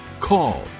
call